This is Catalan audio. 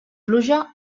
pluja